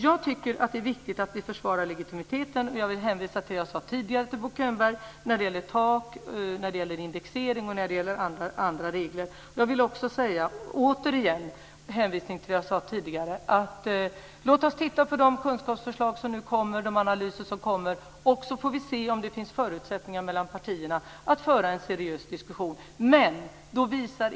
Jag tycker att det är viktigt att vi försvarar legitimiteten. Jag vill hänvisa till det jag sade tidigare till Bo Könberg när det gäller tak, indexering och andra regler. Jag vill också säga, återigen med hänvisning till det jag sade tidigare: Låt oss titta på de kunskapsförslag och de analyser som nu kommer, så får vi se om det finns förutsättningar att föra en seriös diskussion mellan partierna.